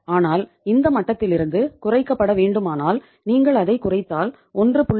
ஆனால் இந்த மட்டத்திலிருந்து குறைக்கப்பட வேண்டுமானால் நீங்கள் அதைக் குறைத்தால் 1